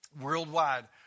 worldwide